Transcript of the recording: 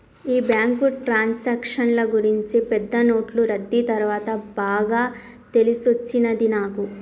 ఈ బ్యాంకు ట్రాన్సాక్షన్ల గూర్చి పెద్ద నోట్లు రద్దీ తర్వాత బాగా తెలిసొచ్చినది నాకు